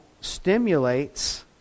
stimulates